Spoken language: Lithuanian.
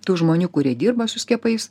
tų žmonių kurie dirba su skiepais